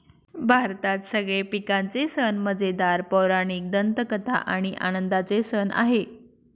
भारतात सगळे पिकांचे सण मजेदार, पौराणिक दंतकथा आणि आनंदाचे सण आहे